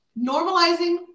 normalizing